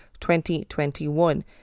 2021